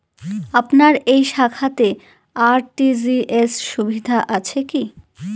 আপনার এই শাখাতে আর.টি.জি.এস সুবিধা আছে কি?